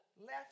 left